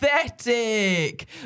Pathetic